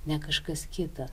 ne kažkas kita